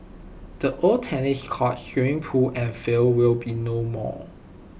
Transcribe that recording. the old tennis courts swimming pool and field will be no more